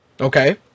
Okay